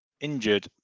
injured